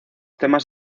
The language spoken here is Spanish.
temas